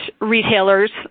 retailers